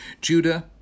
Judah